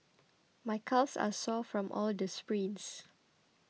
my calves are sore from all the sprints